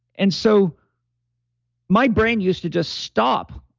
and so my brain used to just stop.